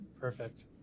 Perfect